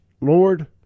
Lord